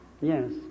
Yes